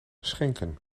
schenken